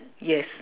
yes